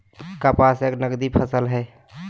कपास एक नगदी फसल हई